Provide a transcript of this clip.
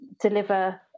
deliver